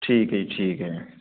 ਠੀਕ ਹੈ ਜੀ ਠੀਕ ਹੈ